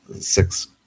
six